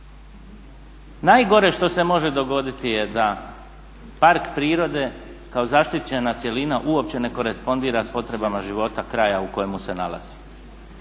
Najgore što se može dogoditi je da park prirode kao zaštićena cjelina uopće ne korespondira s potrebama života kraja u kojemu se nalazi